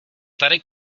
tady